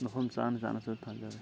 ꯃꯐꯝ ꯆꯥꯅ ꯆꯥꯅꯁꯨ ꯊꯥꯖꯔꯦ